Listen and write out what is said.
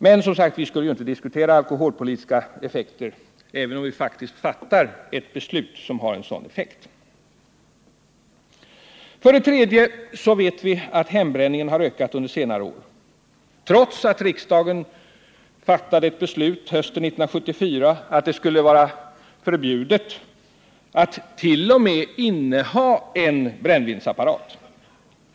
Men, som sagt, vi skulle ju inte diskutera alkoholpolitiska effekter, även om vi faktiskt fattar ett beslut som får en sådan effekt. För det tredje vet vi att hembränningen har ökat under senare år, trots riksdagens beslut hösten 1974 att det skulle vara förbjudet att t.o.m. inneha en brännvinsapparat.